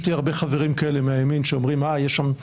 יש לי הרבה חברים כאלה מהימין שאומרים שזה מה שיש שם.